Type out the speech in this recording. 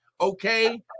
okay